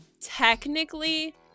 technically